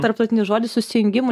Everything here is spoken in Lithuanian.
tarptautinis žodis susijungimu